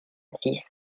six